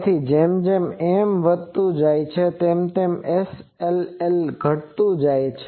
તેથી જેમ જેમ N વધતું જાય છે તેમ તેમ SLL ઘટતું જાય છે